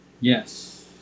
Yes